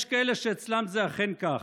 יש כאלה שאצלם זה אכן כך.